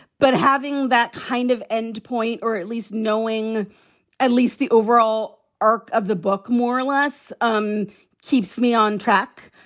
but having that kind of end point or at least knowing at least the overall arc of the book more or less um keeps me on track,